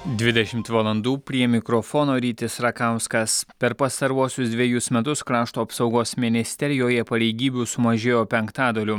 dvidešimt valandų prie mikrofono rytis rakauskas per pastaruosius dvejus metus krašto apsaugos ministerijoje pareigybių sumažėjo penktadaliu